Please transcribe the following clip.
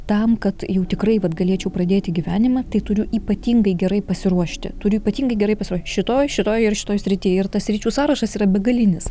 tam kad jau tikrai vat galėčiau pradėti gyvenimą tai turiu ypatingai gerai pasiruošti turiu ypatingai gerai pasiruoš šitoj šitoj ir šitoj srity ir tas sričių sąrašas yra begalinis